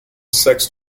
sex